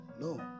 No